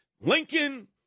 Lincoln